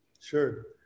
Sure